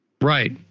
Right